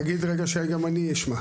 תגיד רגע שגם אני אשמע.